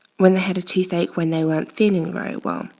when they had a toothache, when they weren't feeling very well.